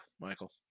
Michael